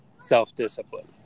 self-discipline